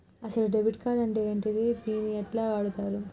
అసలు debit card అంటే ఏంటిది? దీన్ని ఎట్ల వాడుతరు?